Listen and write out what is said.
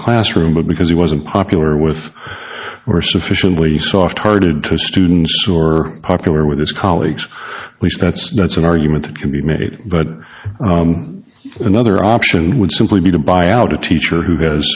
the classroom but because he wasn't popular with are sufficiently soft hearted to students or popular with his colleagues at least that's that's an argument that could be made but another option would simply be to buy out a teacher who has